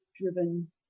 Driven